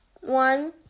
one